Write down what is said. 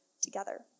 together